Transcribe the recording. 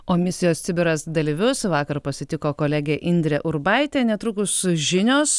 o misijos sibiras dalyvius vakar pasitiko kolegė indrė urbaitė netrukus žinios